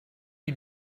you